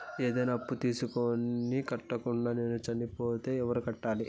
ఏదైనా అప్పు తీసుకొని కట్టకుండా నేను సచ్చిపోతే ఎవరు కట్టాలి?